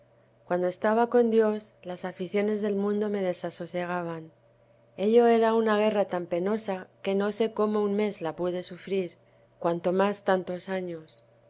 cuando estaba con dios las aficiones del mundo me desasosegaban ello es una guerra tan penosa que no sé cómo un mes la pude sufrir cuanto más tantos años